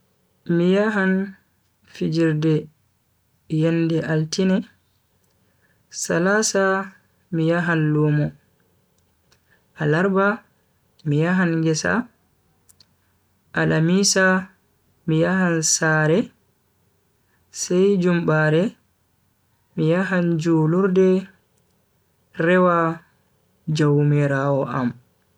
Mi yahan fijirde yende altine, salasa mi yahan lumo, alarba mi yahan ngesa, alamisa mi yahan sare sai jumbaare mi yahan julurde rewa jaumiraawo am.